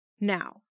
Now